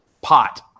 pot